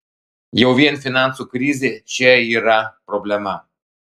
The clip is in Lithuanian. jau vien finansų krizė čia yra problema